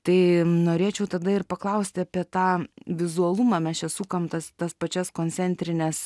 tai norėčiau tada ir paklausti apie tą vizualumą mes čia sukam tas tas pačias koncentrines